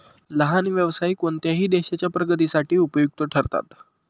लहान व्यवसाय कोणत्याही देशाच्या प्रगतीसाठी उपयुक्त ठरतात